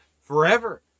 forever